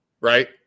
right